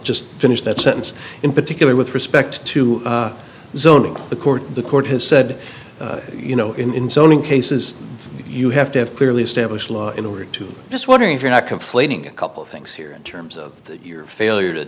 just finish that sentence in particular with respect to the court the court has said you know in so many cases you have to have clearly established law in order to just wondering if you're not complaining a couple of things here in terms of your failure to